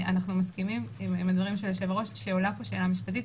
אנחנו מסכימים עם הדברים של היושב-ראש שעולה פה שאלה משפטית,